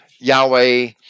Yahweh